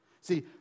See